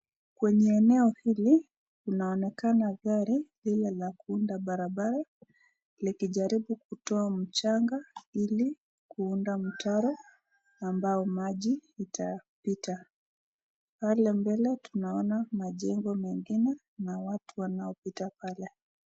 Kwenye eneo hili inaonekana gari ile ya kuunda barabara likijaribu kutoa mjanga ili kuenda mtaro ambayo maji itapita. Pale mbele tunaona kuna jengo ingine na watu wanaopita pale.